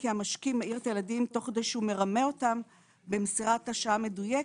כי המשכים מעיר את הילדים תוך כדי שהוא מרמה אותם במסירת השעה המדויקת,